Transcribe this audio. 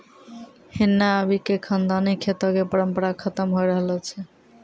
हिन्ने आबि क खानदानी खेतो कॅ परम्परा खतम होय रहलो छै